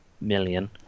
million